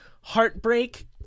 heartbreak